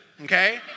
okay